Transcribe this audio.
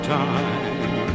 time